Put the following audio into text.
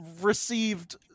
received